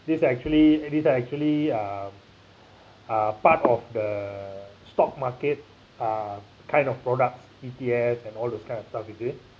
these are actually eh these are actually uh are part of the stock market uh kind of products E_T_F and all those kind of stuff you see